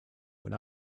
when